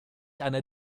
einer